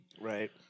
Right